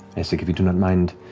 essek, if you do not mind,